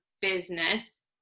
business